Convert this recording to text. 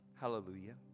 hallelujah